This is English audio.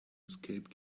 escape